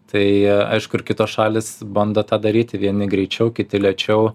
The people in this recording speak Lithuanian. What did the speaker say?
tai aišku ir kitos šalys bando tą daryti vieni greičiau kiti lėčiau